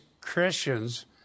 Christians